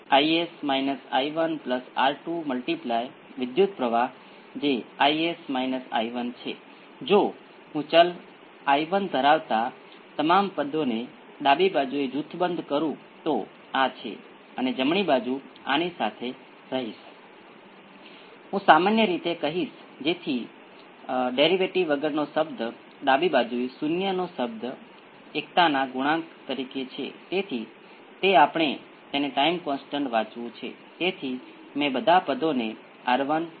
તેથી ચાલો આપણે કહીએ કે આપણી પાસે બીજા ઓર્ડરની સિસ્ટમ હતી જેમાં ઇનપુટ Vs અને V c આઉટપુટ તરીકે હતું તમે તેને બે પ્રથમ ઓર્ડર સિસ્ટમ તરીકે વિચારી શકો છો એક પછી બીજું જ્યાં Vs ઇનપુટ અને V c આઉટપુટ તરીકે અને આ મધ્યવર્તી આઉટપુટને V x કહેવામાં આવે છે અને નેચરલ રિસ્પોન્સ માટે આપણે Vs ને 0 કહીએ છીએ તે આ પ્રકારના ચિત્રને સ્થાનાંતરિત કરે છે જે આકૃતિ અને ઉકેલની પ્રકૃતિ અને આ કેસને અનુકૂળ બનાવે છે